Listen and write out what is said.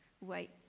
Wait